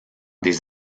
des